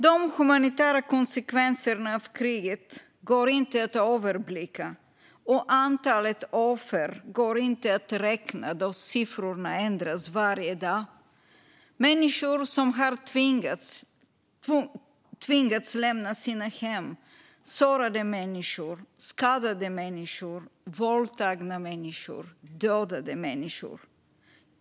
De humanitära konsekvenserna av kriget går inte att överblicka, och antalet offer går inte att räkna då siffrorna ändras varje dag. Det är människor som har tvingats lämna sina hem, sårade människor, skadade människor, våldtagna människor, dödade människor.